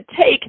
take